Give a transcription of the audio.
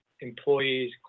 Employees